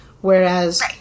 whereas